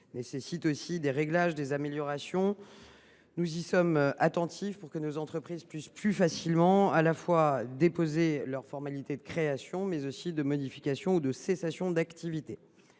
nécessite des ajustements et des améliorations. Nous y sommes attentifs, pour que nos entreprises puissent plus facilement déposer leurs formalités de création, de modification ou de cessation d’activité.